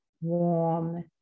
warm